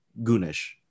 goonish